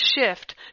shift